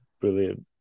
Brilliant